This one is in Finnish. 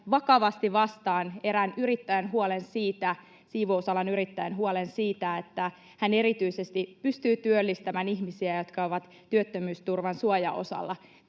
vakavasti vastaan erään yrittäjän huolen, siivousalan yrittäjän huolen, että hän erityisesti pystyy työllistämään ihmisiä, jotka ovat työttömyysturvan suojaosalla